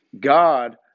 God